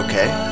Okay